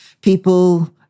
people